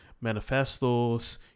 manifestos